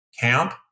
camp